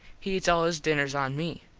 he eats all his dinners on me.